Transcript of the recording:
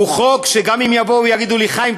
הוא חוק שגם אם יבואו ויגידו לי: חיים,